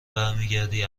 برمیگردی